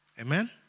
Amen